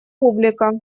публика